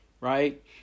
right